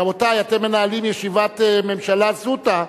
רבותי, אתם מנהלים ישיבת ממשלה זוטא,